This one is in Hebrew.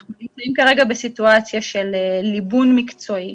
אנחנו נמצאים עכשיו בסיטואציה של ליבון מקצועי